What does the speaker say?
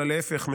אלא להפך,